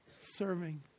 serving